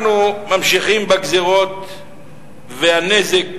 אנחנו ממשיכים בגזירות ובנזק